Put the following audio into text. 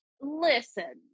listen